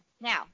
now